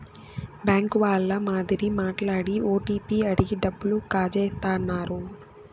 bank వాళ్ళ మాదిరి మాట్లాడి ఓటీపీ అడిగి డబ్బులు కాజేత్తన్నారు